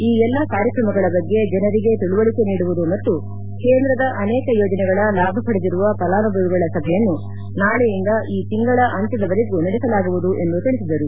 ಈ ಎಲ್ಲ ಕಾರ್ಯಕ್ರಮಗಳ ಬಗ್ಗೆ ಜನರಿಗೆ ತಿಳುವಳಿಕೆ ನೀಡುವುದು ಮತ್ತು ಕೇಂದ್ರದ ಅನೇಕ ಯೋಜನೆಗಳ ಲಾಭ ಪಡೆದಿರುವ ಫಲಾನುಭವಿಗಳ ಸಭೆಯನ್ನು ನಾಳೆಯಿಂದ ಈ ತಿಂಗಳ ಅಂತ್ಯದವರೆಗೂ ನಡೆಸಲಾಗುವುದು ಎಂದು ತಿಳಿಸಿದರು